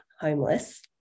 homeless